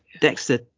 Dexter